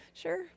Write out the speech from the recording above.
Sure